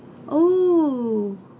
oh